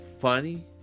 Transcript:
funny